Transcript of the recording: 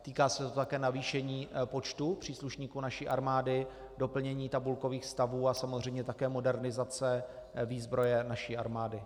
Týká se to také navýšení počtu příslušníků naší armády, doplnění tabulkových stavů a samozřejmě také modernizace výzbroje naší armády.